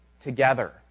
together